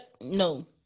No